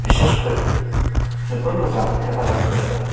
बिसेसखय जोबोर मोजां हेफाजाब होबोदों